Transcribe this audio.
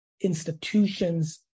institutions